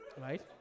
Right